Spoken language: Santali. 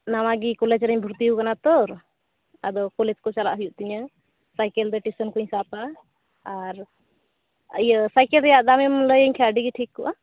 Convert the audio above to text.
ᱱᱟᱣᱟ ᱜᱮ ᱠᱚᱞᱮᱡᱽ ᱨᱮᱧ ᱵᱷᱚᱨᱛᱤ ᱟᱠᱟᱱᱟ ᱛᱚ ᱟᱫᱚ ᱠᱚᱞᱮᱡᱽ ᱠᱚ ᱪᱟᱞᱟᱜ ᱦᱩᱭᱩᱜ ᱛᱤᱧᱟᱹ ᱥᱟᱭᱠᱮᱞ ᱛᱮ ᱴᱤᱭᱩᱥᱮᱱ ᱠᱚᱧ ᱥᱟᱵᱟ ᱟᱨ ᱤᱭᱟᱹ ᱥᱟᱭᱠᱮᱞ ᱨᱮᱭᱟᱜ ᱫᱟᱢᱮᱢ ᱞᱟᱹᱭᱟᱹᱧ ᱠᱷᱟᱱ ᱟᱹᱰᱤ ᱜᱮ ᱴᱷᱤᱠ ᱠᱚᱜᱼᱟ